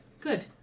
Good